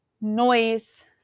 noise